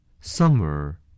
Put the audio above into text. Summer